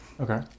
okay